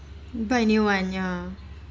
buy a new one ya